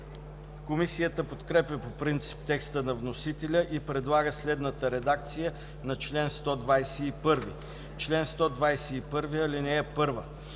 Комисията подкрепя по принцип текста на вносителя и предлага следната редакция на чл. 126: „Чл. 126. (1)